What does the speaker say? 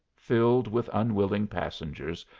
filled with unwilling passengers,